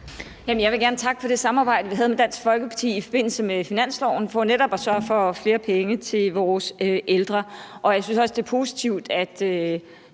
Jeg vil gerne takke for det samarbejde, vi havde med Dansk Folkeparti i forbindelse med finansloven, om netop at sørge for flere penge til vores ældre. Jeg synes også, at det er positivt, at